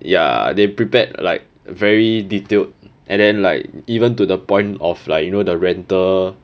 ya they prepared like very detailed and then like even to the point of like you know the rental